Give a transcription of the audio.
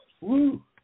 Woo